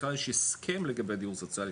בכלל יש הסכם לגבי דיור סוציאלי,